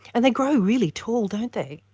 and they grow really tall, don't they.